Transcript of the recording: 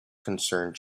concerned